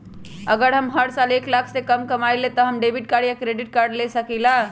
अगर हम हर साल एक लाख से कम कमावईले त का हम डेबिट कार्ड या क्रेडिट कार्ड ले सकीला?